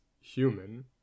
human